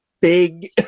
big